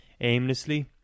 aimlessly